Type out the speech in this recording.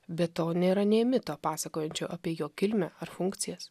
be to nėra nė mito pasakojančio apie jo kilmę ar funkcijas